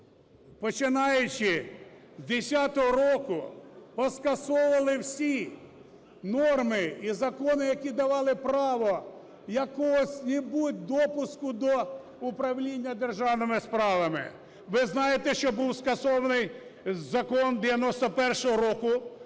починаючи з десятого року, поскасовували всі норми і закони, які давали право якого-небудь допуску до управління державними справами. Ви знаєте, що був скасований Закон 91-го року